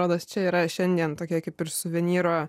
rodos čia yra šiandien tokia kaip ir suvenyro